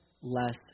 less